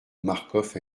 marcof